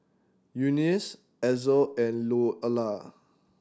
Eunice Ezell and Louella